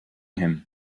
him